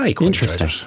Interesting